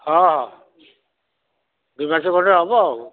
ହଁ ହଁ ଦୁଇ ମାସ ପରେ ହେବ ଆଉ